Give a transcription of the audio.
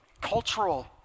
cultural